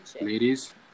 Ladies